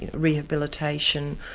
rehabilitation,